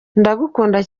ndagukunda